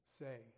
say